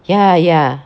ya ya